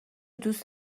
دوست